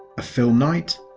a film night.